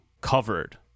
covered